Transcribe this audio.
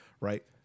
right